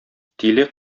тиле